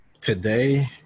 Today